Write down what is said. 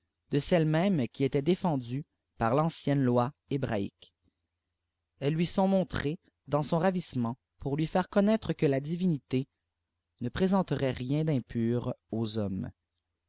de celles même qui étaient défendues par l'ancienne loi hébraïque elles lui sont montrées dans son ravissement pour lui faire connaître que la divinité ne présentait rien d'impur aux hommes